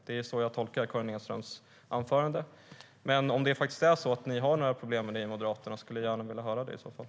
Det är så jag tolkar Karin Enströms anförande. Men om det faktiskt är så att ni har några problem med detta i Moderaterna skulle jag gärna vilja höra det i så fall.